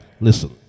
Listen